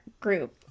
group